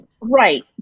Right